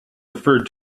referred